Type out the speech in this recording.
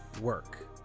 work